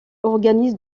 organise